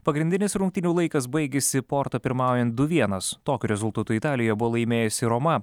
pagrindinis rungtynių laikas baigėsi porto pirmaujant du vienas tokiu rezultatu italijoje buvo laimėjusi roma